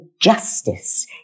justice